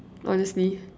honestly